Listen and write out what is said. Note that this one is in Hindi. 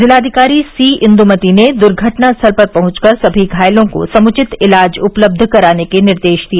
जिलाधिकारी सी इंदुमती ने दुर्घटनास्थल पर पहुंचकर सभी घायलों को समुचित इलाज उपलब्ध कराने के निर्देश दिए